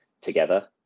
together